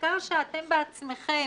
במחקר שאתם בעצמכם